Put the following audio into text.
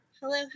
Hello